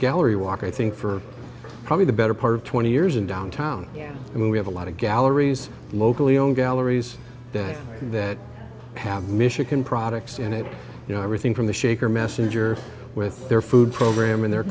gallery walk i think for probably the better part of twenty years in downtown and we have a lot of galleries locally owned galleries there that have michigan products in it you know everything from the shaker messenger with their food program and their